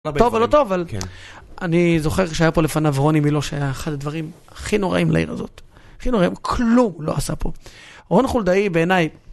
טוב ולא טוב, אבל אני זוכר שהיה פה לפניו רוני מילוא שהיה אחד הדברים הכי נוראים לעיר הזאת, הכי נוראים, כלום הוא לא עשה פה, רון חולדאי בעיניי...